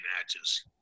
matches